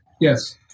Yes